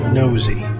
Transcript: nosy